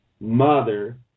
mother